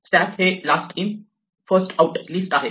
stack हे last in first out list आहे